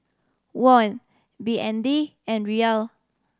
Won B N D and Riyal